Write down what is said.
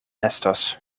estos